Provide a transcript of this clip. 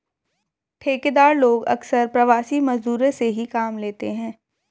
ठेकेदार लोग अक्सर प्रवासी मजदूरों से ही काम लेते हैं